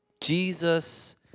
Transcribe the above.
jesus